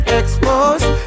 exposed